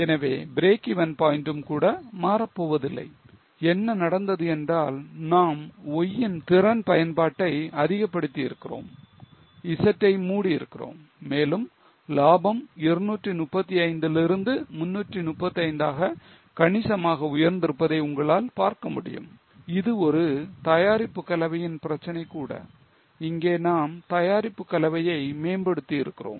எனவே breakeven point ம் கூட மாறப்போவதில்லை என்ன நடந்தது என்றால் நாம் Y யின் திறன் பயன்பாட்டை அதிகப்படுத்தி இருக்கிறோம் Z ஐ மூடி இருக்கிறோம் மேலும் லாபம் 235 இதிலிருந்து 335 ஆக கணிசமாக உயர்ந்திருப்பதை உங்களால் பார்க்க முடியும் இது ஒரு தயாரிப்பு கலவையின் பிரச்சனை கூட இங்கே நாம் தயாரிப்பு கலவையை மேம்படுத்தி இருக்கிறோம்